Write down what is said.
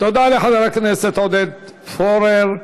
תודה לחבר הכנסת עודד פורר.